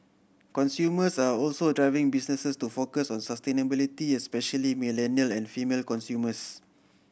consumers are also driving businesses to focus on sustainability especially millennial and female consumers